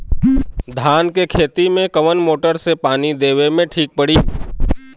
धान के खेती मे कवन मोटर से पानी देवे मे ठीक पड़ी?